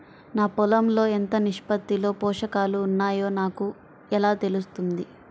నా పొలం లో ఎంత నిష్పత్తిలో పోషకాలు వున్నాయో నాకు ఎలా తెలుస్తుంది?